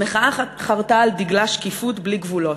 המחאה חרתה על דגלה שקיפות בלי גבולות,